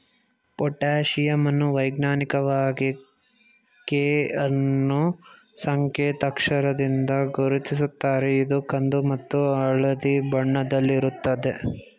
potassium ಅನ್ನು ವೈಜ್ಞಾನಿಕವಾಗಿ K ಅನ್ನೂ ಸಂಕೇತ್ ಅಕ್ಷರದಿಂದ ಗುರುತಿಸುತ್ತಾರೆ ಇದು ಕಂದು ಮತ್ತು ಹಳದಿ ಬಣ್ಣದಲ್ಲಿರುತ್ತದೆ